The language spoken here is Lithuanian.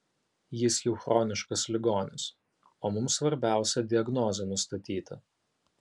jis jau chroniškas ligonis o mums svarbiausia diagnozę nustatyti